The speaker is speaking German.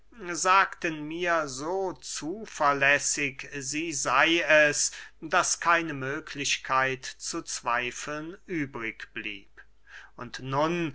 sagten mir so zuverlässig sie sey es daß keine möglichkeit zu zweifeln übrig blieb und nun